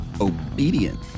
obedient